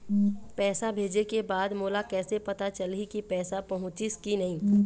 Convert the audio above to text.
पैसा भेजे के बाद मोला कैसे पता चलही की पैसा पहुंचिस कि नहीं?